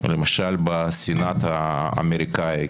למשל בסנט האמריקאי,